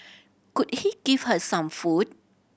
could he give her some food